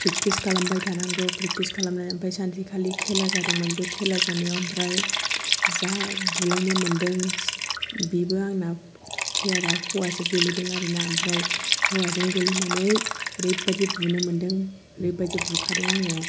practice खालामबाय थानांगौ practice खालामनानै ओमफ्राय दाखालि खेला जादोंमोन बे खेला जानायाव ओमफ्राय जा बुलायनो मोनदों बेबो आंनाव प्लेयार आ हौवासो गोग्लैदों आरोना ओमफ्राय हौवाजों गोलैनानै ओरैबादि बुनो मोनदों ओरै बादि बुखादों आङो